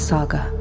Saga